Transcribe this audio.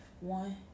One